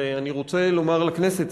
ואני רוצה לומר לכנסת,